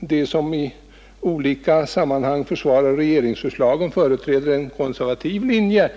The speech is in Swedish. de som i olika sammanhang försvarar regeringens förslag företräder en konservativ linje.